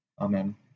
Amen